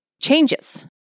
changes